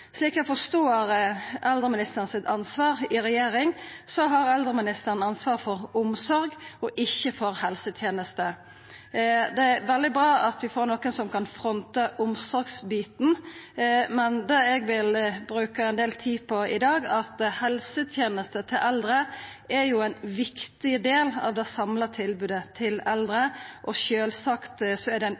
Slik eg forstår eldreministeren sitt ansvar i regjeringa, har eldreministeren ansvaret for omsorg og ikkje for helsetenester. Det er veldig bra at vi får ein som kan fronta omsorgsbiten, men det eg vil bruka ein del tid på i dag, er at helsetenester til eldre er ein viktig del av det samla tilbodet til eldre, og sjølvsagt er det ein